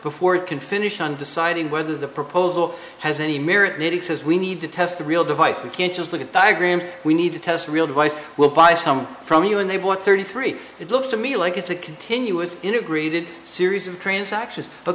before it can finish on deciding whether the proposal has any merit meeting says we need to test the real device you can't just look at diagrams we need to test real device we'll buy some from you and they want thirty three it looks to me like it's a continuous integrated series of transactions